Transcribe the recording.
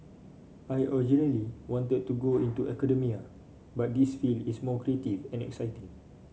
I originally wanted to go into academia but this field is more creative and exciting